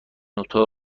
اتاق